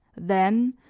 then,